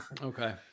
Okay